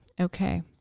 okay